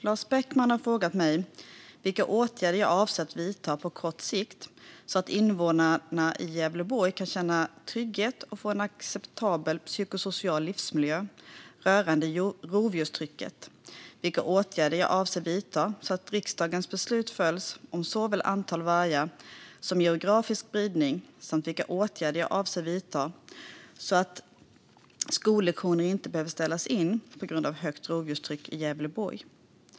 Lars Beckman har frågat mig vilka åtgärder jag avser att vidta på kort sikt så att invånarna i Gävleborg kan känna trygghet och få en acceptabel psykosocial livsmiljö rörande rovdjurstrycket, vilka åtgärder jag avser att vidta så att riksdagens beslut följs om såväl antal vargar som geografisk spridning samt vilka åtgärder jag avser att vidta så att skollektioner inte behöver ställas in på grund av högt rovdjurstryck i Gävleborg.